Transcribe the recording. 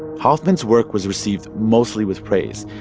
hoffman's work was received mostly with praise.